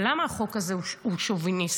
אבל למה החוק הזה הוא שוביניסטי?